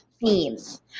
themes